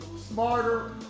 smarter